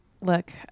Look